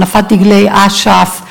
הנפת דגלי אש"ף,